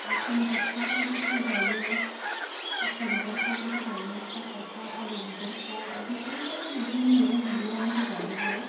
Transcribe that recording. tomato बिफांफोरावबो होजायो दस्रा बिबारफोरावबो होजायो साफाटफोरा आलु बिगुरफोरा बिदिनो जायखिजाया बिगुर मैगं बिगुरानो होजाजोबो